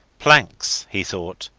planks, he thought,